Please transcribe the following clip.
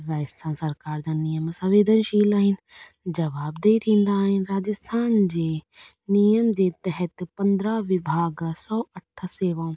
राजस्थान सरकारि जा नियम संवेदनशील आहिनि जवाब ते थींदा आहिनि राजस्थान जे नियम जे तहत पंद्रहां विभाॻ सौ अठ सेवाऊं